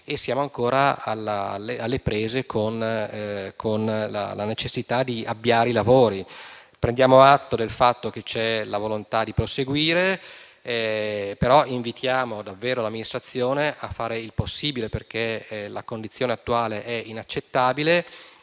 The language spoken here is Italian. e siamo ancora alle prese con la necessità di avviare i lavori. Prendiamo atto del fatto che c'è la volontà di proseguire, però invitiamo davvero l'Amministrazione a fare il possibile, perché la condizione attuale è inaccettabile.